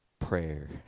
prayer